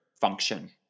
function